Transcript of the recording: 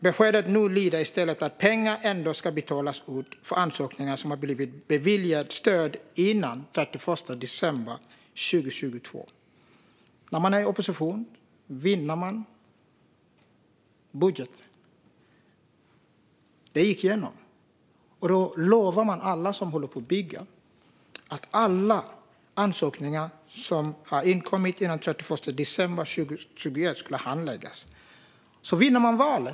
Beskedet nu lyder i stället att pengar ändå ska betalas ut för ansökningar som har blivit beviljade stöd innan den 31 december 2022. När man är i opposition vinner man en budgetomröstning. Det gick igenom. Då lovade man alla som håller på och bygger att alla ansökningar som har inkommit innan den 31 december 2021 skulle handläggas. Sedan vinner man valet.